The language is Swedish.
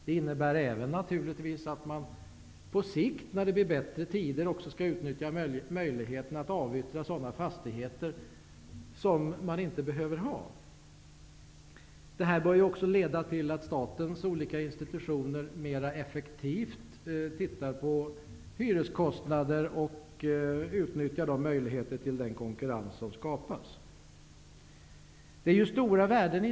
Det innebär naturligtvis att man på sikt, när det blir bättre tider, kan utnyttja möjligheten att avyttra sådana fastigheter som man inte behöver. Det bör också leda till att statens olika institutioner mer tittar på hyreskostnader och effektivt utnyttjar de möjligheter till konkurrens som skapas. Det är fråga om stora värden.